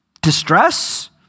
distress